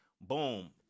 boom